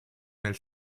nel